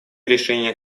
решения